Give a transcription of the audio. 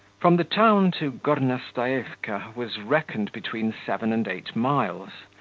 from the town to gornostaevka was reckoned between seven and eight miles.